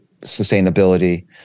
sustainability